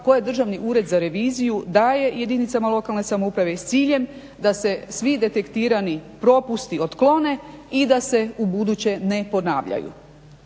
je Državni ured za reviziju daje jedinicama lokalne samouprave i s ciljem da se svi detektirani propusti otklone i da se ubuduće ne ponavljaju.